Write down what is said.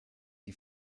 die